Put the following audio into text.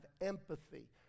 empathy